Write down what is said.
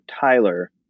Tyler